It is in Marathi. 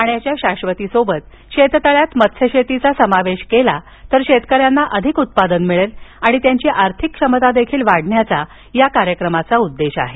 पाण्याच्या शाश्वतीसोबत शेततळ्यात मत्स्यशेतीचा समावेश केला तर शेतकऱ्यांना अधिक उत्पादन मिळेल आणि त्यांची आर्थिक क्षमता देखील वाढण्याचा या कार्यक्रमाचा उद्देश आहे